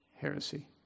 heresy